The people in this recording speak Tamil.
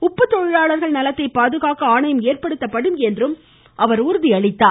உப்பு தொழிலாளர்கள் நலத்தை பாதுகாக்க ஆணையம் ஏற்படுத்தப்படும் என்றும் உறுதியளித்தார்